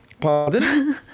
Pardon